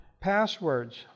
Passwords